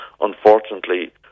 unfortunately